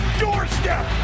doorstep